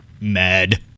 mad